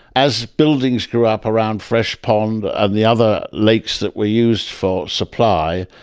as buildings grew up around fresh pond and the other lakes that were used for supply,